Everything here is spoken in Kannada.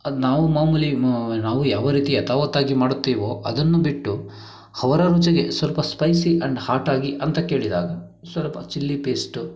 ಅದು ನಾವು ಮಾಮೂಲಿ ನಾವು ಯಾವ ರೀತಿ ಯಥಾವತ್ತಾಗಿ ಮಾಡುತ್ತೀವೋ ಅದನ್ನು ಬಿಟ್ಟು ಅವರ ರುಚಿಗೆ ಸ್ವಲ್ಪ ಸ್ಪೈಸಿ ಆ್ಯಂಡ್ ಹಾಟಾಗಿ ಅಂತ ಕೇಳಿದಾಗ ಸ್ವಲ್ಪ ಚಿಲ್ಲಿ ಪೇಸ್ಟು